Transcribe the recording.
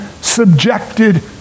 subjected